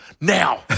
Now